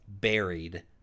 Buried